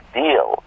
deal